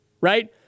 right